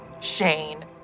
Shane